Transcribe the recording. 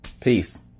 peace